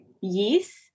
yeast